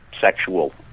sexual